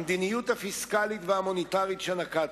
המדיניות הפיסקלית והמוניטרית שנקטנו,